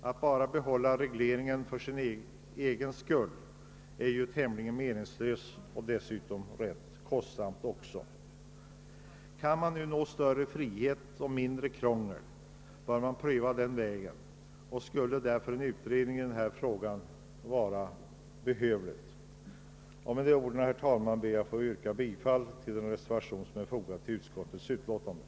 Att behålla regleringen för dess egen skull vore ju meningslöst och dessutom kostsamt. Går det att nå fram till större frihet och mindre krångel bör den vägen prövas, och en utredning bör därför tillsättas. Herr talman! Med dessa ord ber jag att få yrka bifall till reservationen av herr Åkerlund m.fl.